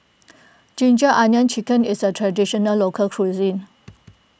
Ginger Onions Chicken is a Traditional Local Cuisine